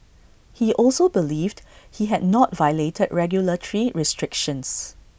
he also believed he had not violated regulatory restrictions